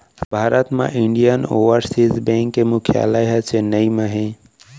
भारत म Indian Overseas Bank के मुख्यालय ह चेन्नई म हे